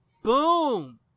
Boom